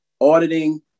auditing